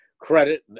credit